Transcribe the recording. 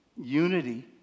Unity